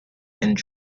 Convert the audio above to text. and